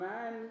Man